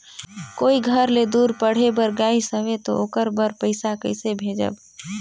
कोई घर ले दूर पढ़े बर गाईस हवे तो ओकर बर पइसा कइसे भेजब?